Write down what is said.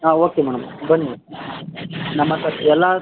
ಹಾಂ okay madam ಬನ್ನಿ ನಮ್ಮ ಹತ್ತಿರ ಎಲ್ಲ